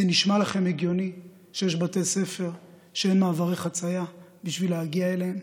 זה נשמע לכם הגיוני שיש בתי ספר שאין מעברי חציה בשביל להגיע אליהם?